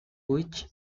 which